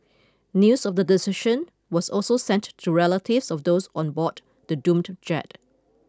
news of the decision was also sent to relatives of those on board the doomed jet